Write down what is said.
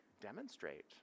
demonstrate